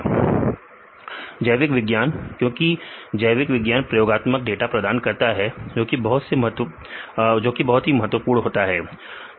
विद्यार्थी जानकारी जैविक विज्ञान क्योंकि जैविक विज्ञान प्रयोगात्मक डाटा प्रदान करता है जो कि बहुत ही महत्वपूर्ण होता है